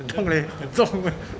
很痛 leh 很重